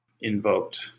invoked